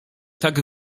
tak